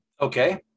okay